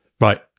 Right